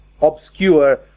obscure